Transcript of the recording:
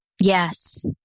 Yes